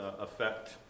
affect